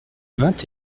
vingt